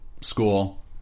school